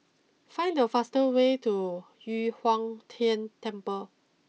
find the fastest way to Yu Huang Tian Temple